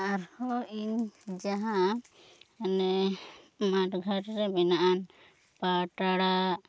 ᱟᱨ ᱦᱚᱸ ᱤᱧ ᱡᱟᱦᱟᱸ ᱢᱟᱱᱮ ᱢᱟᱴ ᱜᱷᱟᱴ ᱨᱮ ᱢᱮᱱᱟᱜᱼᱟ ᱯᱟᱴ ᱟᱲᱟᱜ